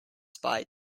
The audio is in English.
spy